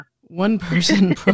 one-person